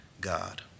God